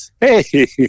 hey